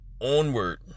onward